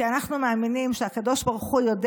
כי אנחנו מאמינים שהקדוש ברוך הוא יודע